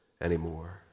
anymore